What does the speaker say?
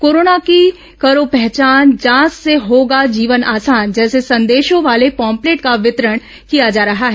corona की करो पहचान जांच से होगा जीवन आसान जैसे संदेशों वाले पाम्पलेट का वितरण किया जा रहा है